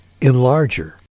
enlarger